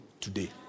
today